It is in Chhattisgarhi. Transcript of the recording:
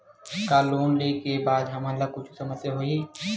का लोन ले के बाद हमन ला कुछु समस्या होही?